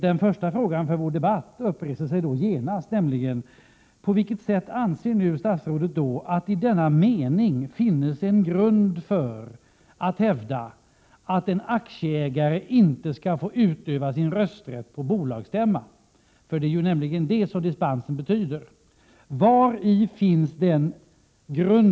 Den första frågan för vår debatt uppreser sig då genast: På vilket sätt anser statsrådet att det i denna mening finnes en grund för att hävda att en aktieägare inte skall få utöva sin rösträtt på bolagsstämma? Det är nämligen det som dispensen betyder.